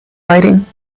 writing